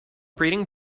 breeding